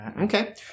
Okay